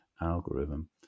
algorithm